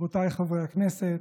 רבותיי חברי הכנסת,